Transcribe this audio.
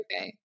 Okay